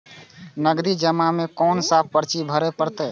नगदी जमा में कोन सा पर्ची भरे परतें?